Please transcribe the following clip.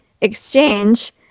exchange